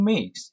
Mix